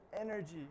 energy